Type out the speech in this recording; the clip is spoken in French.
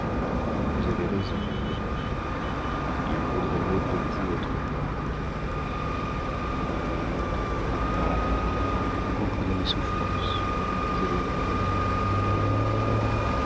vous avez raison madame il vaudrait mieux pour vous être morte ah vous comprenez mes souffrances je le vois